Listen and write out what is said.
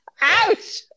Ouch